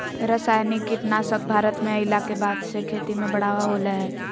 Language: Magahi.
रासायनिक कीटनासक भारत में अइला के बाद से खेती में बढ़ावा होलय हें